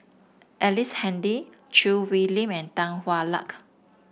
Ellice Handy Choo Hwee Lim and Tan Hwa Luck